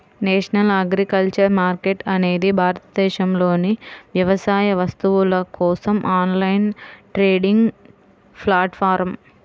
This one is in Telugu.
నేషనల్ అగ్రికల్చర్ మార్కెట్ అనేది భారతదేశంలోని వ్యవసాయ వస్తువుల కోసం ఆన్లైన్ ట్రేడింగ్ ప్లాట్ఫారమ్